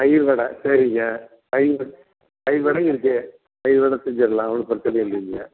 தயிர் வடை சரிங்க தயிர் வடை தயிர் வடை இருக்கு தயிர் வடை செஞ்சுரலாம் ஒன்றும் பிரச்சனை இல்லைங்க